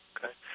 Okay